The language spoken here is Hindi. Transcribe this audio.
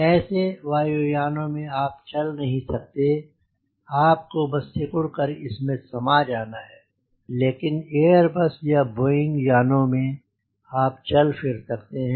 ऐसेवायु यानों में आप चल नाहिब सकते आपको बस सिकुड़ इसमें समा जाना है लेकिन एयरबस या बोइंग यानों में आप चल फिर सकते हैं